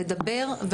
לדבר,